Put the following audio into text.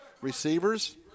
Receivers